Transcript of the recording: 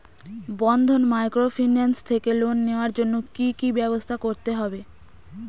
বন্ধন microfinance থেকে loan নেওয়ার জন্য কি কি ব্যবস্থা করতে হবে?